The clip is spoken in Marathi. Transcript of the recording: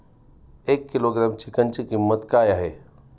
एक किलोग्रॅम चिकनची किंमत काय आहे?